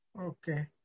Okay